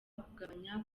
kugabanya